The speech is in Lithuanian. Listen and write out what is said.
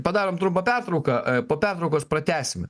padarom trumpą pertrauką e po pertraukos pratęsime